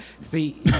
See